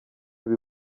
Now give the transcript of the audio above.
ibyo